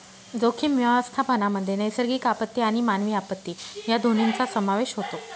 जोखीम व्यवस्थापनामध्ये नैसर्गिक आपत्ती आणि मानवी आपत्ती या दोन्हींचा समावेश होतो